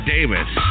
Davis